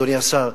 אדוני השר,